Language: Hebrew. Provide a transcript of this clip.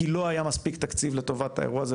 כי לא היה מספיק תקציב לטובת האירוע הזה,